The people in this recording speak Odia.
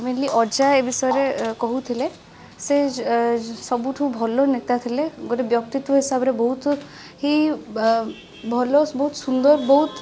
ମେନଲି ଅଜା ଏ ବିଷୟରେ କହୁଥିଲେ ସେ ସବୁଠୁ ଭଲ ନେତା ଥିଲେ ଗୋଟେ ବ୍ଯକ୍ତିତ୍ବ ହିସାବରେ ବହୁତ ହି ଭଲ ବହୁତ ସୁନ୍ଦର ବହୁତ